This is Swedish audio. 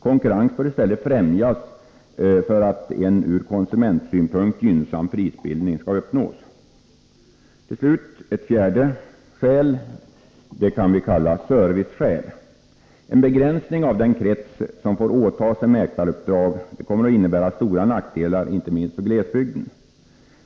Konkurrens bör i stället främjas för att en ur konsumentsynpunkt gynnsam prisbildning skall uppnås. Ett fjärde skäl kan vi kalla serviceskäl. En begränsning av den krets som får åta sig mäklaruppdrag kommer att innebära stora nackdelar inte minst för glesbygden.